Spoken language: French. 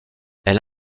elle